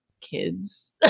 kids